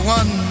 one